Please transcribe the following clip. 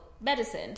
medicine